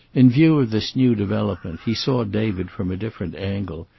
in view of this new development he saw david from a different angle,